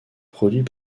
produit